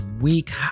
week